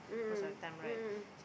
mm mm mm mm mm mm